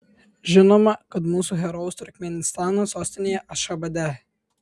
žinoma kad mūsų herojaus turkmėnistano sostinėje ašchabade